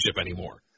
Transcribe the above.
anymore